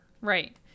Right